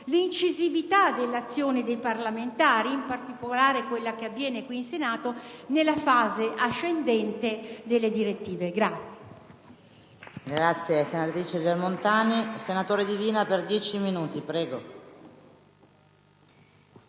l'incisività dell'azione dei parlamentari, in particolare quella operata in Senato, nella fase ascendente delle direttive.